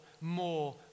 more